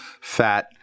fat